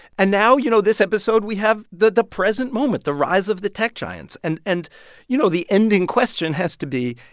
and now, you know, this episode, we have the the present moment, the rise of the tech giants. and, and you know, the ending question has to be,